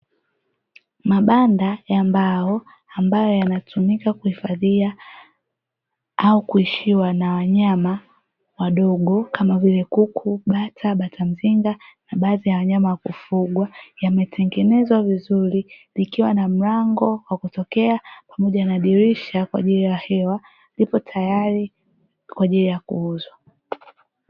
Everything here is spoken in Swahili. Mabanda ya mbao ambayo yanayotumika kuhifadhia au kuishi wanyama wadogo kama vile: kuku, bata, bata mzinga na baadhi ya wanyama wa kufugwa. Yametengenezwa vizuri likiwa na mlango wa kutokea pamoja na dirisha kwa ajili ya hewa; lipo tayari kwa ajili ya kuuzwa.